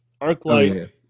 Arclight